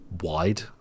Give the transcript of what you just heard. wide